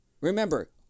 Remember